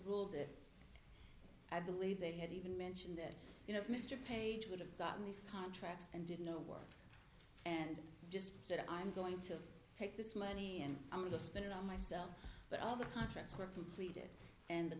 ruled that i believe they had even mentioned that you know mr page would have gotten these contracts and did no work and just said i'm going to take this money and i'm going to spend it on myself but all the contracts were completed and the